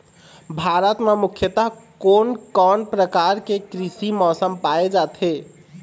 भारत म मुख्यतः कोन कौन प्रकार के कृषि मौसम पाए जाथे?